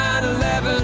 9-11